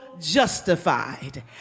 justified